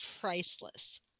Priceless